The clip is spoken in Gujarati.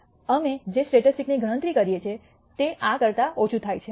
અમે જે સ્ટેટિસ્ટિક્સની ગણતરી કરીએ છીએ તે આ કરતા ઓછું થાય છે